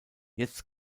jetzt